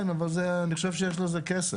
כן, אבל אני חושב שיש לזה כסף.